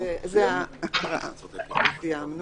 סיימנו